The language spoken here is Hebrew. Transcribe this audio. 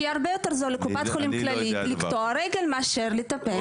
כי הרבה יותר זול לקופת חולים כללית לקטוע רגל מאשר לטפל.